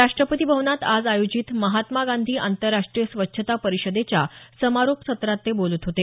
राष्ट्रपती भवनात आज आयोजित महात्मा गांधी आंतरराष्ट्रीय स्वच्छता परिषदेच्या समारोप सत्रात ते बोलत होते